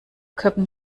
köppen